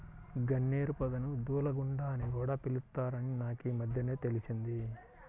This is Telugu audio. గన్నేరు పొదను దూలగుండా అని కూడా పిలుత్తారని నాకీమద్దెనే తెలిసింది